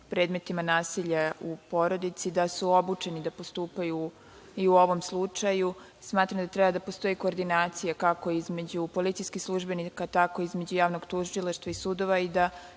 predmetima nasilja u porodici, da su obučeni da postupaju i u ovom slučaju, smatram da treba da postoji koordinacija kako između policijskih službenika, tako između javnog tužilaštva i sudova i da